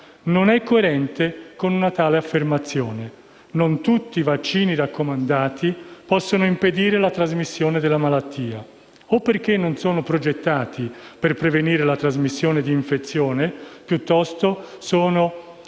non è coerente con una tale affermazione. Non tutti i vaccini raccomandati possono impedire la trasmissione della malattia o perché non sono progettati per prevenire la trasmissione di infezione (piuttosto, sono